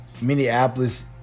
Minneapolis